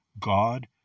God